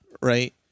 right